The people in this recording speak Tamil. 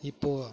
இப்போது